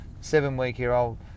seven-week-year-old